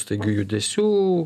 staigių judesių